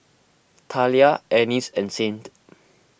Talia Ennis and Saint